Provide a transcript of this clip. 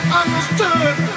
understood